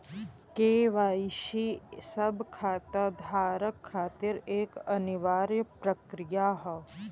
KYC सब खाता धारक खातिर एक अनिवार्य प्रक्रिया हौ